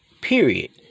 period